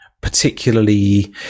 particularly